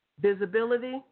Visibility